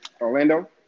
Orlando